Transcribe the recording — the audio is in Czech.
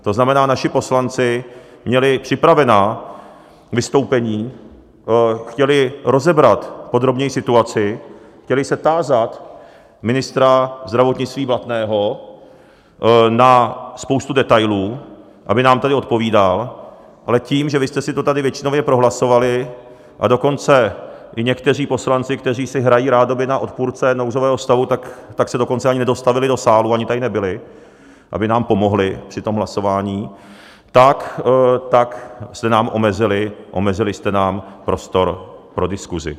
To znamená, naši poslanci měli připravená vystoupení, chtěli rozebrat podrobněji situaci, chtěli se tázat ministra zdravotnictví Blatného na spoustu detailů, aby nám tady odpovídal, ale tím, že vy jste si to tady většinově prohlasovali, a dokonce i někteří poslanci, kteří si hrají rádoby na odpůrce nouzového stavu, tak se dokonce ani nedostavili do sálu, ani tady nebyli, aby nám pomohli při tom hlasování, tak jste nám omezili prostor pro diskuzi.